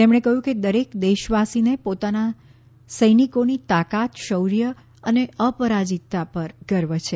તેમણે કહ્યું કે દરેક દેશવાસીને પોતાના સૈનિકોની તાકાત શૌર્ય અજેયના અને અપરાજિતતા પર ગર્વ છે